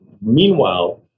meanwhile